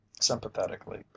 sympathetically